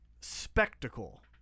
spectacle